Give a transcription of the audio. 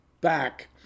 back